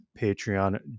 Patreon